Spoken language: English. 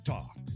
Talk